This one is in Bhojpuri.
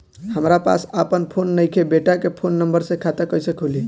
हमरा पास आपन फोन नईखे बेटा के फोन नंबर से खाता कइसे खुली?